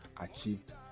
achieved